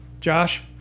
Josh